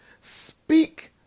speak